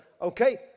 okay